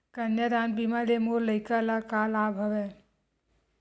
कन्यादान बीमा ले मोर लइका ल का लाभ हवय?